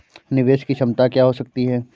निवेश की क्षमता क्या हो सकती है?